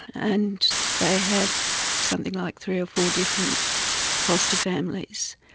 and they had something like three or four different foster families.